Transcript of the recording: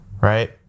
Right